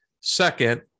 Second